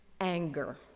Anger